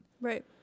right